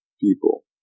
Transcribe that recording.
people